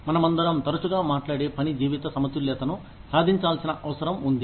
మనమందరం తరచుగా మాట్లాడే పని జీవిత సమతుల్యతను సాధించాల్సిన అవసరం ఉంది